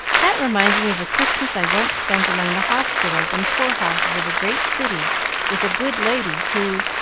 that reminds me of a christmas i once spent among the hospitals and poor-houses of a great city with a good lady who,